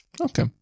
Okay